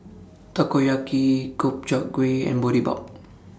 Takoyaki Gobchang Gui and Boribap